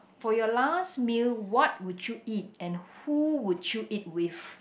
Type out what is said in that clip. for your last meal what would you eat and who would you eat with